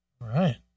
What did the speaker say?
Right